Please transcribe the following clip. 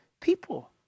people